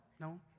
no